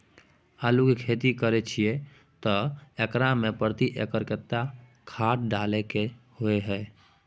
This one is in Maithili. आलू के खेती करे छिये त एकरा मे प्रति एकर केतना खाद डालय के होय हय?